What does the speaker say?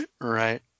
Right